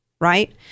right